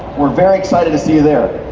we're very excited to see you there.